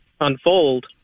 unfold